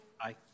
Aye